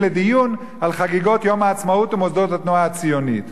לדיון על חגיגות יום העצמאות ומוסדות התנועה הציונית.